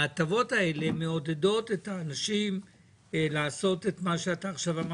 ההטבות האלה מעודדות את האנשים לעשות את מה שאתה עכשיו אמרת,